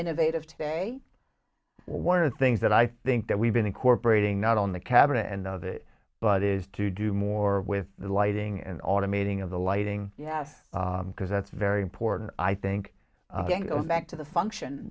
innovative today one of the things that i think that we've been incorporating not on the cabinet and the but is to do more with the lighting and automating of the lighting yes because that's very important i think back to the function